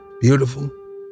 beautiful